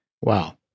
Wow